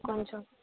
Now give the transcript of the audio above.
కొంచెం